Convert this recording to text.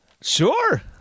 Sure